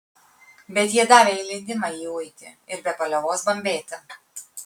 bet jie davė jai leidimą jį uiti ir be paliovos bambėti